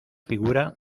figura